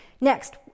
Next